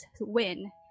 win